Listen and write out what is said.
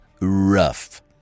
rough